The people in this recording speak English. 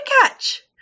catch